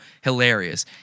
hilarious